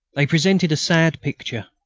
they presented a sad picture.